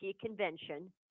convention